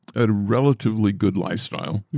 a relatively good lifestyle.